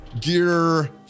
gear